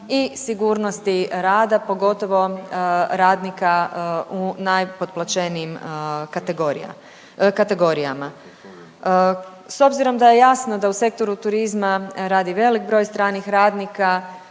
i sigurnosti rada pogotovo radnika u najpotplaćenijim kategorijama. S obzirom da je jasno da u Sektoru turizma radi velik broj stranih radnika